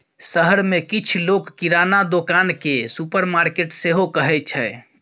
शहर मे किछ लोक किराना दोकान केँ सुपरमार्केट सेहो कहै छै